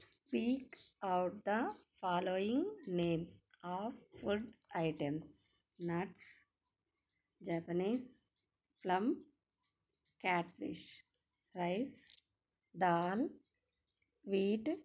speak out the following names of food items nuts japanese plum cat fish rice dal wheat